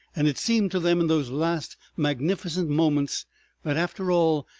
and it seemed to them in those last magnificent moments that, after all,